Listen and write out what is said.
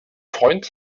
freund